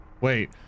Wait